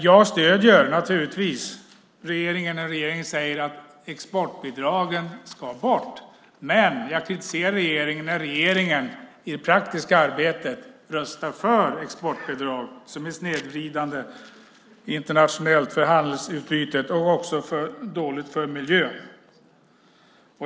Jag stöder naturligtvis regeringen när regeringen säger att exportbidragen ska bort, men jag kritiserar regeringen när regeringen i det praktiska arbetet röstar för exportbidrag som är snedvridande internationellt för handelsutbytet och också är dåliga för miljön.